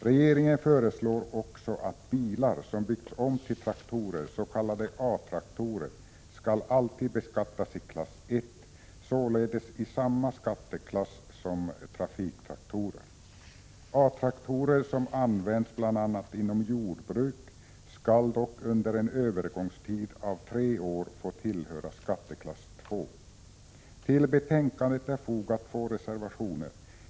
Regeringen föreslår också att bilar som byggts om till traktorer, s.k. A-traktorer, alltid skall beskattas enligt klass I, således i samma skatteklass som trafiktraktorer. A-traktorer som används bl.a. inom jordbruk skall dock under en övergångsperiod av tre år få tillhöra skatteklass II. Till betänkandet är två reservationer fogade.